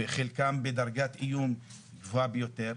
וחלקם בדרגת איום גבוהה ביותר,